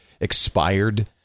expired